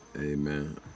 Amen